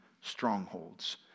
strongholds